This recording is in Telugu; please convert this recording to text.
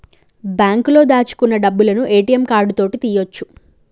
బాంకులో దాచుకున్న డబ్బులను ఏ.టి.యం కార్డు తోటి తీయ్యొచు